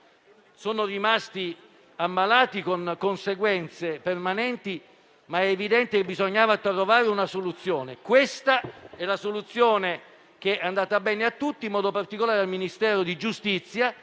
sono rimasti ammalati con conseguenze permanenti. È evidente che bisognava trovare una soluzione; questa è quella che è andata bene a tutti, in modo particolare al Ministero della giustizia,